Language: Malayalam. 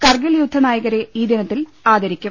കർഗിൽ യുദ്ധ നായകരെ ഈ ദിനത്തിൽ ആദരിക്കും